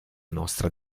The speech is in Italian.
nostra